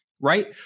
Right